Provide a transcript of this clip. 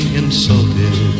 insulted